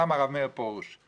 כך גם הרב מאיר פרוש ואני.